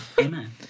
Amen